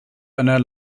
einer